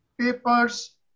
papers